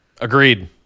Agreed